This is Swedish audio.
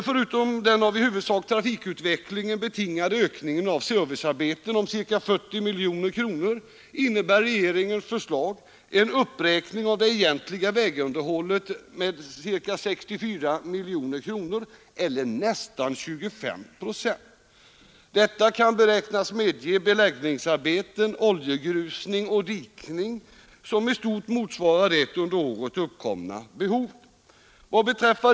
Förutom den i huvudsak av trafikutvecklingen betingade ökningen av servicearbeten om ca 40 miljoner kronor innebär regeringens förslag en uppräkning av det egentliga vägunderhållet med ca 64 miljoner kronor eller nästan 25 procent. Detta kan beräknas medge beläggningsarbeten, oljegrusning och dikning som i stort motsvarar det under året uppkomna behovet.